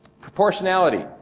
Proportionality